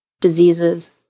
diseases